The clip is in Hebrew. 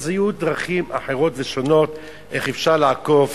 אז יהיו דרכים אחרות ושונות איך אפשר לעקוף